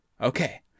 Okay